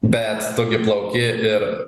bet tu gi plauki ir